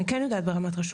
אני כן יודעת ברמת רשות.